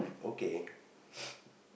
okay